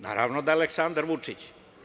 Naravno da je Aleksandar Vučić.